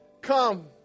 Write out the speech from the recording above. Come